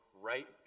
right